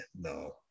no